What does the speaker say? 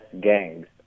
gangs